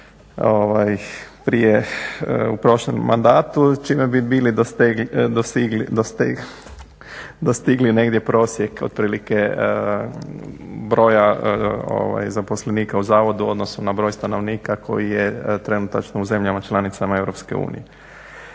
prije u prošlom mandatu čime bi bili dostigli negdje prosjek otprilike broja zaposlenika u Zavodu u odnosu na broj stanovnika koji je trenutačno u zemljama članicama EU.